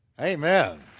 Amen